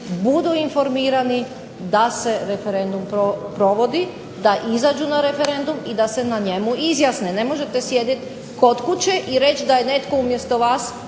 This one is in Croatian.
budu informirani da se referendum provodi, da izađu na referendum i da se na njemu izjasne. Ne možete sjediti kod kuće i reći da je netko umjesto vas